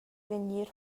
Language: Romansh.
vegnir